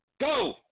go